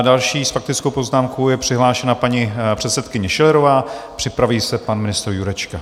Další s faktickou poznámkou je přihlášena paní předsedkyně Schillerová, připraví se pan ministr Jurečka.